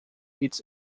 its